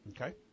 Okay